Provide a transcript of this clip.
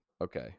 Okay